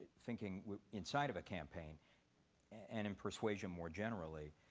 thinking inside of a campaign and in persuasion more generally.